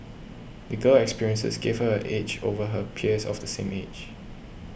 the girl's experiences gave her an edge over her peers of the same age